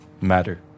matter